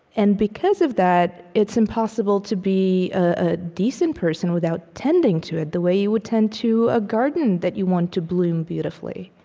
and because of that, it's impossible to be a decent person without tending to it the way you would tend to a garden that you want to bloom beautifully